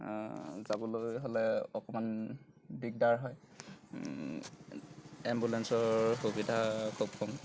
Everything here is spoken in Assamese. যাবলৈ হ'লে অকণমান দিগদাৰ হয় এম্বুলেন্সৰ সুবিধা খুব কম